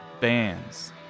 Bands